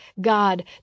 God